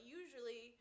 usually –